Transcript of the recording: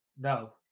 No